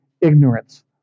ignorance